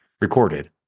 recorded